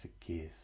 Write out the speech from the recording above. forgive